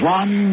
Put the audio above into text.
one